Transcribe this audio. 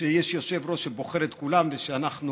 שיש יושב-ראש שבוחר את כולם ושאנחנו,